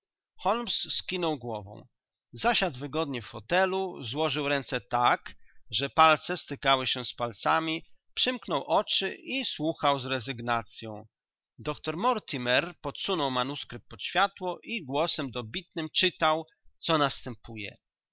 skinął głową zasiadł wygodnie w fotelu złożył ręce tak że palce stykały się z palcami przymknął oczy i słuchał z rezygnacyą doktor mortimer podsunął manuskrypt pod światło i głosem dobitnym czytał co następuje